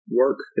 work